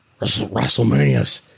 WrestleManias